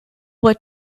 what